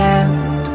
end